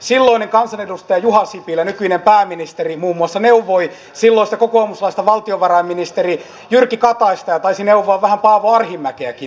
silloinen kansanedustaja juha sipilä nykyinen pääministeri muun muassa neuvoi silloista kokoomuslaista valtiovarainministeri jyrki kataista ja taisi neuvoa vähän paavo arhinmäkeäkin